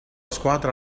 squadra